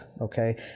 Okay